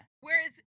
Whereas